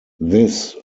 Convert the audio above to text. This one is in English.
this